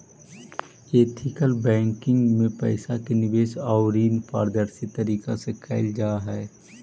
ethical banking में पइसा के निवेश आउ ऋण पारदर्शी तरीका से कैल जा हइ